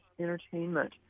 entertainment